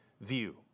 view